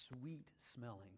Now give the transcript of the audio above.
sweet-smelling